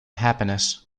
happiness